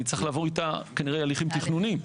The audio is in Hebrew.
אני צריך לעבור איתה כנראה הליכים תכנוניים.